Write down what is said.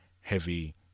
heavy